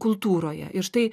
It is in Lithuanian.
kultūroje ir štai